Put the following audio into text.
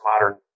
modern